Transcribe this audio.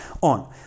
on